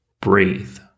Breathe